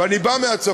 ואני בא מהצפון,